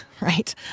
right